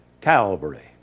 Calvary